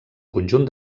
conjunt